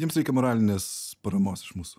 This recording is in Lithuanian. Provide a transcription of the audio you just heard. jiems reikia moralinės paramos iš mūsų